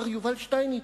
מר יובל שטייניץ,